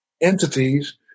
entities